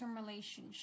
relationship